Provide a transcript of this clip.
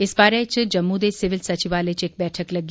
इस बारे च जम्मू दे सिविल सचिवालय च इक बैठक लग्गी